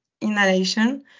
inhalation